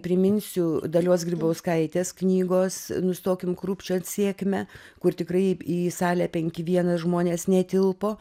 priminsiu dalios grybauskaitės knygos nustokim krūpčiot sėkmę kur tikrai į salę penki vienas žmonės netilpo